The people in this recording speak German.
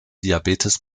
diabetes